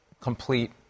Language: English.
complete